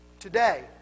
Today